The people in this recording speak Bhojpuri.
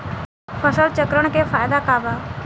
फसल चक्रण के फायदा का बा?